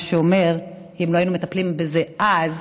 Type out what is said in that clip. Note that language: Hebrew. מה שאומר שאם לא היינו מטפלים בזה אז,